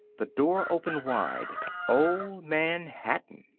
the door opened wide old man hatton!